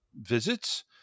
visits